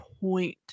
point